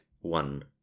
one